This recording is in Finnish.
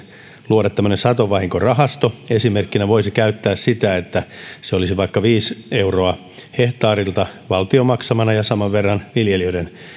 luoda tämmöinen satovahinkorahasto esimerkkinä voisi käyttää sitä että se olisi vaikka viisi euroa hehtaarilta valtion maksamana ja saman verran viljelijöiden